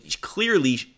clearly